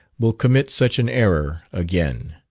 will commit such an error again.